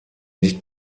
nicht